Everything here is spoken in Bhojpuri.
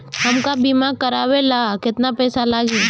हमका बीमा करावे ला केतना पईसा लागी?